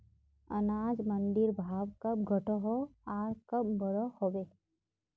अनाज मंडीर भाव कब घटोहो आर कब बढ़ो होबे?